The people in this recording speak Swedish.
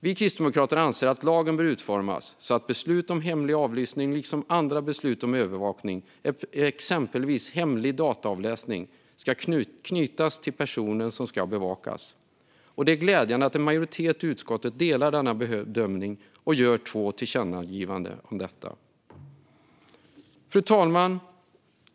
Vi kristdemokrater anser att lagen bör utformas så att beslut om hemlig avlyssning liksom andra beslut om övervakning, exempelvis hemlig dataavläsning, ska knytas till den person som ska bevakas. Det är glädjande att en majoritet i utskottet delar denna bedömning och gör två tillkännagivanden om detta. Fru talman!